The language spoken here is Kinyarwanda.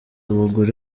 abagore